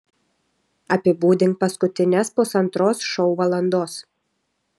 apibūdink paskutines pusantros šou valandos